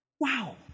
Wow